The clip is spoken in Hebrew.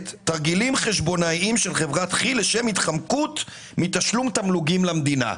- תרגילים חשבונאיים של חברת כי"ל לשם התחמקות מתשלום תמלוגים למדינה.